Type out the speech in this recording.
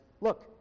look